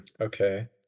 Okay